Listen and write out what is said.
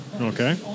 Okay